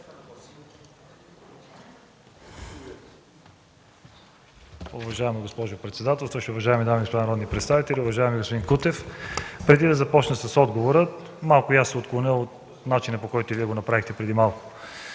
Уважаема госпожо председател, уважаеми дами и господа народни представители, уважаеми господин Кутев! Преди да започна с отговора, малко и аз ще се отклоня по начина, по който и Вие го направихте преди малко.